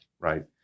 right